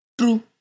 True